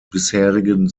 bisherigen